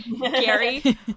gary